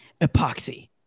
epoxy